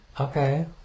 okay